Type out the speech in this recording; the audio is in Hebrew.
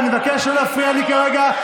אני מבקש לא להפריע לי כרגע.